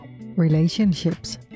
Relationships